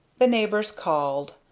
the neighbors called.